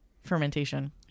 fermentation